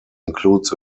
includes